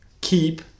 keep